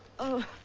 oh